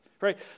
right